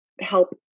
help